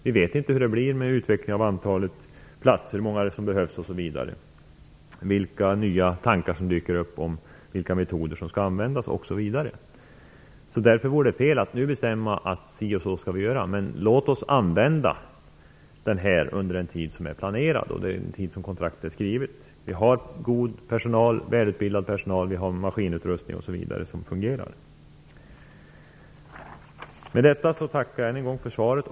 Vi vet ju inte hur det blir med utvecklingen när det gäller antalet platser - hur många som behövs och inte heller vilka nya tankar som dyker upp om metoderna osv. Därför vore det fel att nu bestämma hur vi skall göra. Låt oss i stället använda anstalten under den tid som planerna och kontraktet gäller. Vi har en god och välutbildad personal. Vi har fungerande maskinutrustning osv. Med detta tackar jag än en gång för svaret.